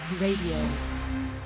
Radio